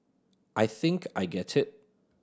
I think I get it